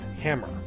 Hammer